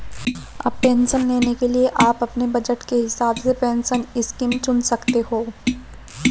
अब पेंशन लेने के लिए आप अपने बज़ट के हिसाब से पेंशन स्कीम चुन सकते हो